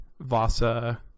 Vasa